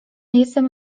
jestem